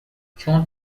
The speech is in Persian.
چون